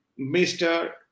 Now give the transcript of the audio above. Mr